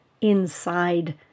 inside